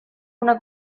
una